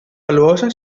valuosa